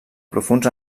profunds